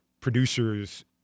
producers